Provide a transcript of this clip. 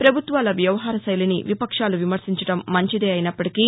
ప్రభుత్వాల వ్యవహార శైలిని విపక్షాలు విమర్శించడం మంచిదే అయినప్పటికీ